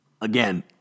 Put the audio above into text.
again